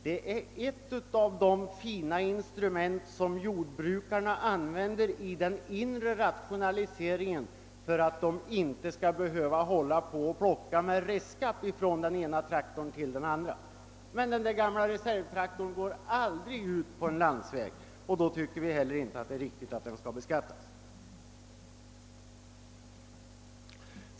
Det är ett av de fina instrument som jordbrukarna använder i den inre rationaliseringen för att de inte skall behöva plocka med redskap i onödan. Men den gamla reservtraktorn går aldrig ut på en landsväg, och då tycker vi inte heller att det är riktigt att den skall beskattas.